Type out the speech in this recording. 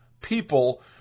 people